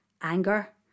Anger